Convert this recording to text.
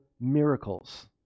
miracles